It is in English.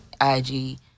IG